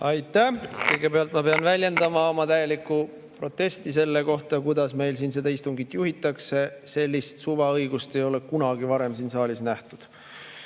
Aitäh! Kõigepealt ma pean väljendama oma täielikku protesti selle vastu, kuidas meil siin seda istungit juhitakse. Sellist suvaõigust ei ole kunagi varem siin saalis nähtud.